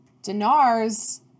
Dinar's